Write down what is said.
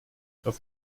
auf